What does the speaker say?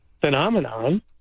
phenomenon